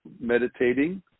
meditating